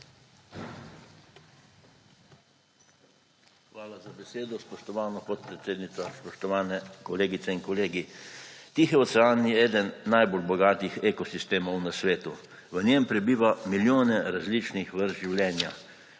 Hvala za besedo, spoštovana podpredsednica. Spoštovane kolegice in kolegi! Tihi ocean je eden najbolj bogatih ekosistemov na svetu. V njem prebiva milijone različnih vrst življenja.